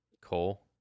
coal